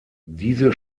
diese